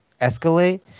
escalate